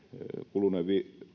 kuluneen